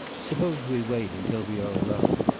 suppose we wait until we are alone.